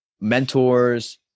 Mentors